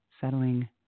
settling